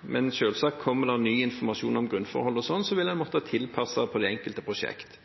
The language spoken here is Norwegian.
men om det kommer ny informasjon om grunnforhold og slikt, vil en selvsagt måtte tilpasse det til det enkelte prosjekt.